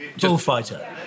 bullfighter